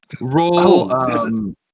Roll